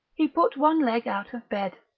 he put one leg out of bed.